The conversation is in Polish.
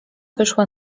wyszła